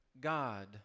God